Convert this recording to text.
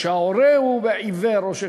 או שההורה עיוור.